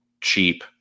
cheap